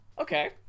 Okay